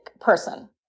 person